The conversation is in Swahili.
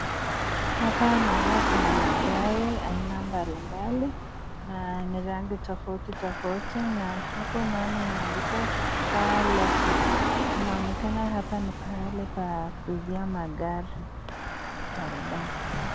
Hapa naona kuna magari aina mbalimbali, na ni rangi tofauti tofauti, na hapo naona imeandikwa Car Locus. Inaonekana hapa ni pahali pa kuuzia magari barabara.